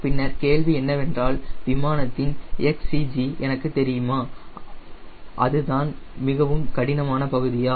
பின்னர் கேள்வி என்னவெனில் விமானத்தின் XCG எனக்குத் தெரியுமா அதுதான் மிகவும் கடினமான பகுதியா